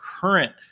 current